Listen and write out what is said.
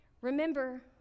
remember